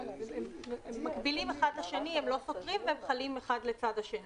הם מקבילים אחד לשני והם חלים אחד לצד השני.